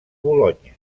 bolonya